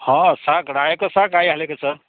हँ साग रायोको साग आइहालेको छ